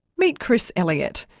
meet chris elliott.